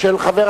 עברה